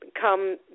come